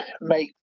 make